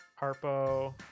Harpo